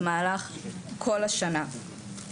במהלך כל השנה.